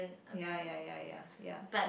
ya ya ya ya ya